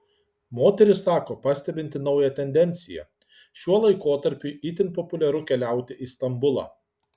moteris sako pastebinti naują tendenciją šiuo laikotarpiui itin populiaru keliauti į stambulą